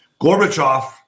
Gorbachev